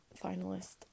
Finalist